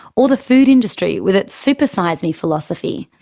or the food industry, with its supersize me philosophy.